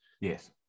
yes